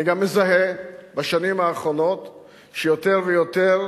אני גם מזהה בשנים האחרונות שיותר ויותר